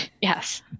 Yes